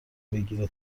بگیره